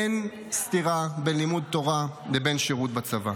אין סתירה בין לימוד תורה לבין שירות בצבא.